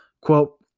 quote